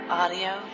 audio